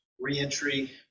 reentry